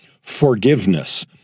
Forgiveness